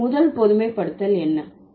எனவே முதல் பொதுமைப்படுத்தல் என்ன